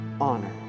honor